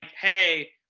hey